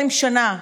20 שנה,